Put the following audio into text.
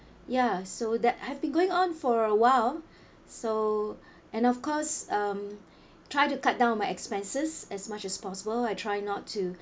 ya so that I've been going on for awhile so and of course um try to cut down my expenses as much as possible I try not